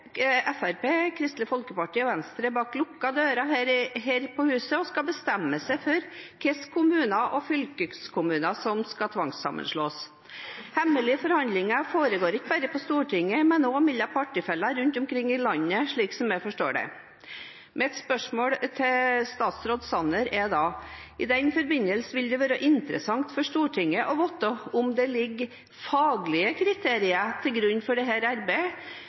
Kristelig Folkeparti og Venstre bak lukkede dører her i huset og skal bestemme seg for hvilke kommuner og fylkeskommuner som skal tvangssammenslås. Hemmelige forhandlinger foregår ikke bare på Stortinget, men også mellom partifeller rundt omkring i landet, slik jeg forstår det. Mitt spørsmål til statsråd Sanner er da: I den forbindelse vil det være interessant for Stortinget å vite om det ligger faglige kriterier til grunn for dette arbeidet,